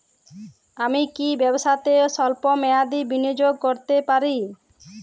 আমি কি ব্যবসাতে স্বল্প মেয়াদি বিনিয়োগ করতে পারি?